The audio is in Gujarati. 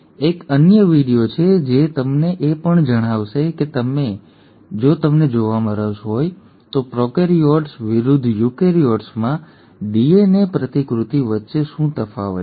એક અન્ય વિડિઓ છે જે તમને એ પણ જણાવશે કે જો તમને જાણવામાં રસ હોય તો પ્રોકેરીયોટ્સ વિરુદ્ધ યુકેરીયોટ્સમાં ડીએનએ પ્રતિકૃતિ વચ્ચે શું તફાવત છે